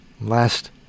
Last